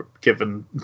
given